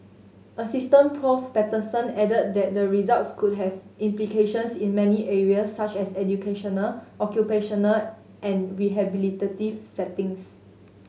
Asstistant Prof Patterson added that the results could have implications in many areas such as educational occupational and rehabilitative settings